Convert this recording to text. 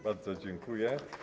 Bardzo dziękuję.